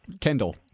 Kendall